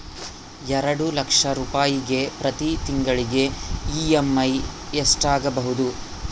ಎರಡು ಲಕ್ಷ ರೂಪಾಯಿಗೆ ಪ್ರತಿ ತಿಂಗಳಿಗೆ ಇ.ಎಮ್.ಐ ಎಷ್ಟಾಗಬಹುದು?